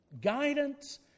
Guidance